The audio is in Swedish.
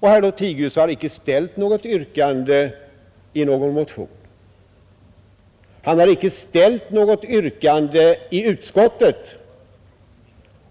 Herr Lothigius har inte ställt något yrkande i någon motion och han har inte heller ställt något yrkande i utskottet